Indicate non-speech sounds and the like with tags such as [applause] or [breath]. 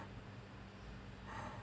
[breath]